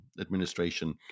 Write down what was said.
administration